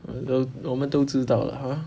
我我们都知道了哈